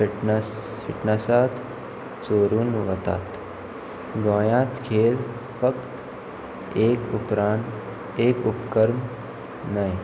fitness फिट्नसांत चोरून व्हरतात गोंयांत खेळ फक्त एक उपरांत एक उपकर न्हय